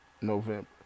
November